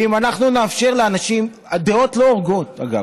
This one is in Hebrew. ואם אנחנו נאפשר לאנשים, אגב,